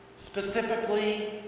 Specifically